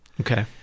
Okay